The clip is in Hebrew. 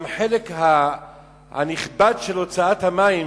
חלק נכבד מהוצאת המים